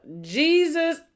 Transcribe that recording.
Jesus